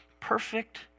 Perfect